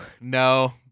No